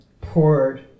poured